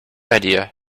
idea